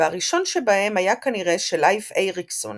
והראשון בהם היה כנראה של לייף אייריקסון